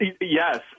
Yes